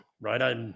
right